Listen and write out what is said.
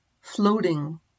floating